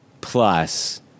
Plus